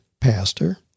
pastor